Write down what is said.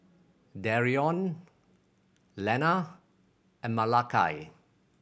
Darion Lena and Malakai